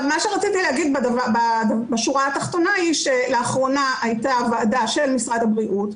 רציתי לומר בשורה התחתונה שלאחרונה הייתה ועדה של משרד הבריאות,